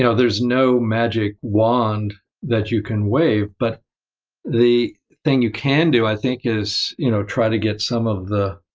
there's no magic wand that you can wave, but the thing you can do, i think, is you know try to get some of the